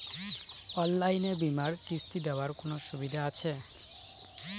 অনলাইনে বীমার কিস্তি দেওয়ার কোন সুবিধে আছে?